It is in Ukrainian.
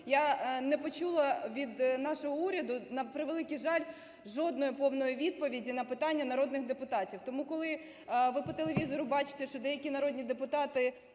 я не почула від нашого уряду, на превеликий жаль, жодної повної відповіді на питання народних депутатів. Тому, коли ви по телевізору бачите, що деякі народні депутати